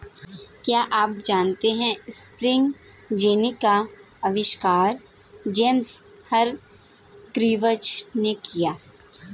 क्या आप जानते है स्पिनिंग जेनी का आविष्कार जेम्स हरग्रीव्ज ने किया?